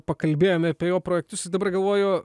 pakalbėjome apie jo projektus dabar galvoju